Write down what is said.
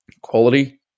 quality